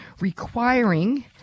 requiring